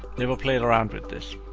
never played around with this.